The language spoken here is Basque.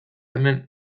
hemen